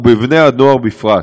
ובני-הנוער בפרט.